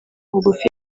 bugufi